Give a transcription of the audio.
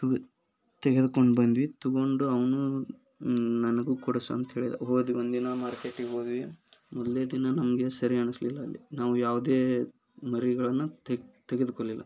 ತೆಗೆ ತೆಗೆದ್ಕೊಂಡು ಬಂದ್ವಿ ತೊಗೊಂಡು ಅವನ್ನೂ ನನಗೂ ಕೊಡ್ಸು ಅಂತ್ಹೇಳಿದ ಹೋದ್ವಿ ಒಂದಿನ ಮಾರ್ಕೆಟಿಗೆ ಓದ್ವಿ ಮೊದಲನೇ ದಿನ ನಮಗೆ ಸರಿ ಅನಿಸಲಿಲ್ಲ ಅಲ್ಲಿ ನಾವು ಯಾವುದೇ ಮರಿಗಳನ್ನ ತೆಗೆದುಕೊಳ್ಲಿಲ್ಲ